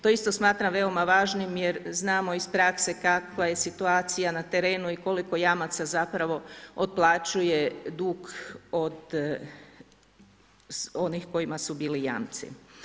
To isto smatram veoma važnim jer znamo iz prakse kakva je situacija na trenu i koliko jamaca otplaćuje dug od onih kojima su bili jamci.